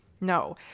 No